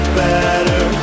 better